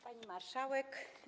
Pani Marszałek!